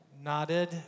nodded